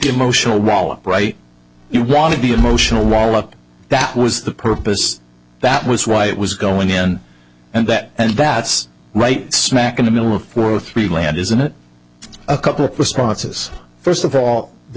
emotional wallop right you want to be emotional wallop that was the purpose that was why it was going to end and that and that's right smack in the middle of four or three land isn't it a couple of responses first of all the